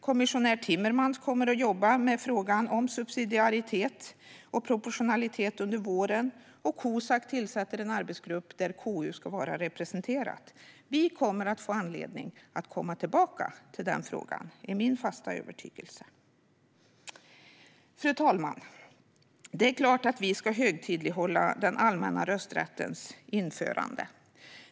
Kommissionär Timmermans kommer att jobba med frågan om subsidiaritet och proportionalitet under våren, och Cosac tillsätter en arbetsgrupp där KU ska vara representerat. Det är min fasta övertygelse att vi kommer att få anledning att återkomma till denna fråga. Fru talman! Det är klart att vi ska högtidlighålla den allmänna rösträttens införande.